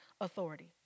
authority